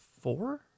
Four